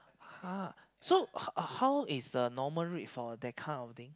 !huh! so how how is the normal rate for that kind of thing